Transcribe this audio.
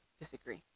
disagree